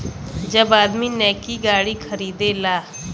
जब आदमी नैकी गाड़ी खरीदेला